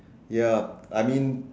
ya I mean